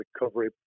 recovery